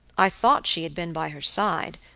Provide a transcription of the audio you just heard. i thought she had been by her side,